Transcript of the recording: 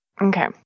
Okay